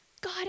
God